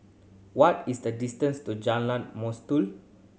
what is the distance to Jalan Mastuli